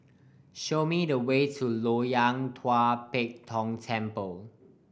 show me the way to Loyang Tua Pek Kong Temple